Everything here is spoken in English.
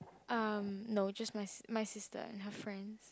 um no just my sis~ my sister and her friends